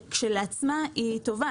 שכשלעצמה היא טובה,